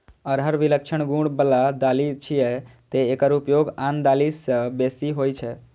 अरहर विलक्षण गुण बला दालि छियै, तें एकर उपयोग आन दालि सं बेसी होइ छै